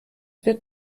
wird